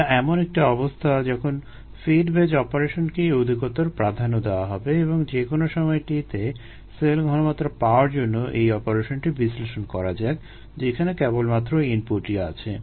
এটা এমন একটি অবস্থা যখন ফিড ব্যাচ অপারেশনকেই অধিকতর প্রাধান্য দেওয়া হবে এবং যেকোন সময় t তে সেল ঘনমাত্রা পাওয়ার জন্য এই অপারেশনটি বিশ্লেষণ করা যাক যেখানে কেবলমাত্র ইনপুটই আছে